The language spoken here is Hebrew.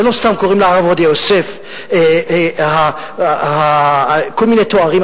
ולא סתם קוראים לרב עובדיה יוסף כל מיני תארים,